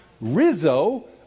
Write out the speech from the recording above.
Rizzo